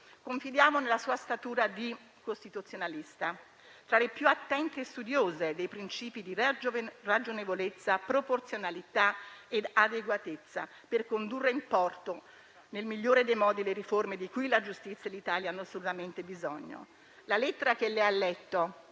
Confidiamo nella sua statura di costituzionalista, tra le più attente studiose dei principi di ragionevolezza, proporzionalità e adeguatezza, per condurre in porto nel migliore dei modi le riforme di cui la giustizia e l'Italia hanno assolutamente bisogno. La lettera che lei ha letto